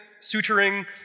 suturing